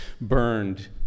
burned